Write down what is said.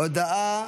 הודעה